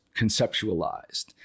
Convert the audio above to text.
conceptualized